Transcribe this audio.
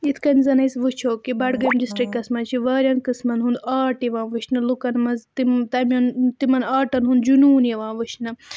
یِتھ کٔنۍ زَنہٕ أسۍ وُچھو کہِ بڈگٲمۍ ڈِسٹرٛکَس منٛز چھِ واریاہَن قٕسمَن ہُنٛد آرٹ یِوان وٕچھنہٕ لُکَن منٛز تِم تَمٮ۪ن تِمَن آرٹَن ہُنٛد جُنوٗن یِوان وٕچھںہٕ